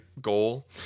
goal